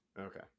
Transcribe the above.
Okay